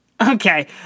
Okay